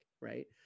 right